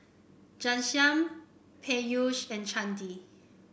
Ghanshyam Peyush and Chandi